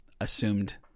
assumed